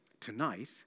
tonight